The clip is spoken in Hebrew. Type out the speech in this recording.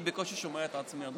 אני בקושי שומע את עצמי.